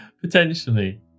Potentially